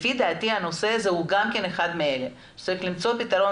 לפי דעתי הנושא הזה הוא גם אחד מאלה צריך למצוא פתרון